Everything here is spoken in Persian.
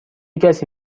کسی